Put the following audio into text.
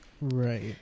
Right